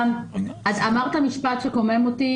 אמרת משפט שקומם אותי.